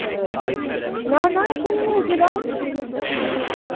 ना ना इत्थै निं रुके दा